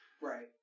Right